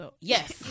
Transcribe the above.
yes